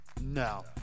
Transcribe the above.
no